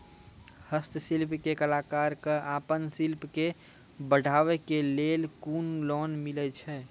हस्तशिल्प के कलाकार कऽ आपन शिल्प के बढ़ावे के लेल कुन लोन मिलै छै?